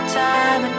time